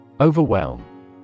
Overwhelm